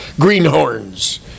greenhorns